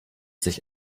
sich